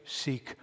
seek